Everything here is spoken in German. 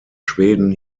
schweden